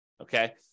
okay